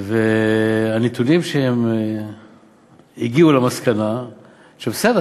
הנתונים והן הגיעו למסקנה שבסדר,